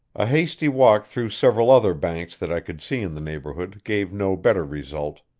a hasty walk through several other banks that i could see in the neighborhood gave no better result,